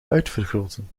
uitvergroten